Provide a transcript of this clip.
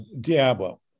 Diablo